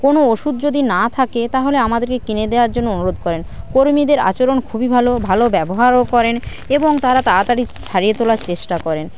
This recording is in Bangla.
কোন ওষুধ যদি না থাকে তাহলে আমাদেরকে কিনে দেওয়ার জন্য অনুরোধ করেন কর্মীদের আচরণ খুবই ভালো ভালো ব্যবহারও করেন এবং তারা তাড়াতাড়ি সারিয়ে তোলার চেষ্টা করেন